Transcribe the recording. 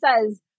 says